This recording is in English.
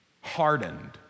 hardened